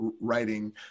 writing